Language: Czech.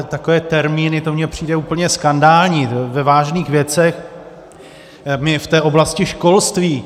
Takové termíny, to mně přijde úplně skandální ve vážných věcech, v té oblasti školství.